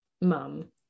mum